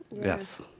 Yes